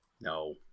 no